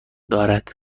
دارد